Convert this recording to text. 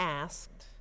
asked